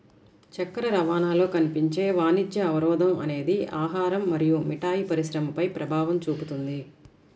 చక్కెర రవాణాలో కనిపించే వాణిజ్య అవరోధం అనేది ఆహారం మరియు మిఠాయి పరిశ్రమపై ప్రభావం చూపుతుంది